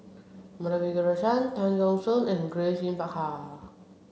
Madhavi Krishnan Tan Keong Choon and Grace Yin Peck Ha